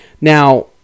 Now